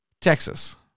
Texas